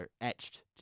etched